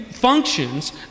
functions